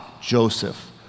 Joseph